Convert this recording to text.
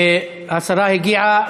השרה הגיעה.